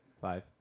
Five